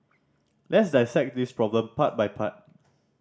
let's dissect this problem part by part